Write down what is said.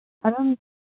ꯑꯗꯨꯝ